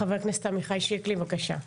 חבר הכנסת עמיחי שיקלי, בבקשה.